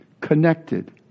connected